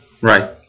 Right